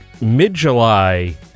mid-July